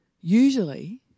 Usually